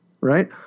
Right